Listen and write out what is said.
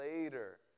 later